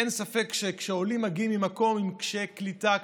אין ספק שכשהעולים מגיעים ממקום עם קשיי קליטה,